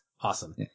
Awesome